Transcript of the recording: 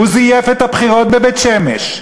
הוא זייף את הבחירות בבית-שמש.